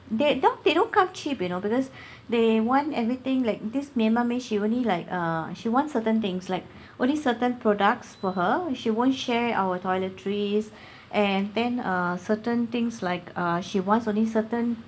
they not they don't come cheap you know because they want everything like this Myanmar maid she only like err she want certain things like only certain products for her she won't share our toiletries and then err certain things like uh she wants only certain